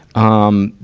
um,